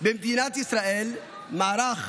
במדינת ישראל מערך